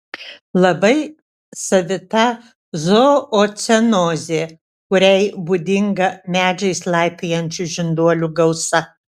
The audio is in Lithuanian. labai savita zoocenozė kuriai būdinga medžiais laipiojančių žinduolių gausa